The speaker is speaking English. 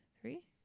three